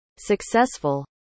successful